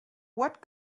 what